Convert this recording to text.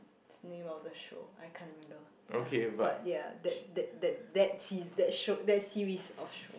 what's the name of the show I can't remember ya but ya that that that that sea~ that show that series of show